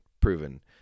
proven